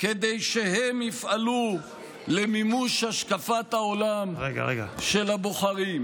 כדי שהם יפעלו למימוש השקפת העולם של הבוחרים.